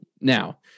Now